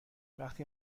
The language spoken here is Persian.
وقتی